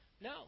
no